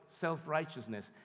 self-righteousness